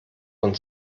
von